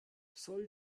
soll